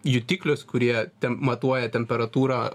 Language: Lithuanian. jutiklius kurie ten matuoja temperatūrą